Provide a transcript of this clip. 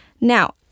Now